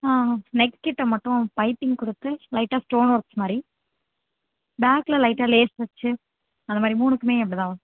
ஆ neck கிட்டே மட்டும் piping கொடுத்து லைட்டாக ஸ்டோன் ஒர்க்ஸ் மாதிரி பேக்கில் லைட்டாக லேஸ் வச்சு அந்தமாதிரி மூணுக்குமே அப்படிதான்